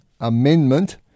Amendment